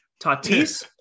Tatis